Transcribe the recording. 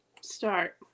start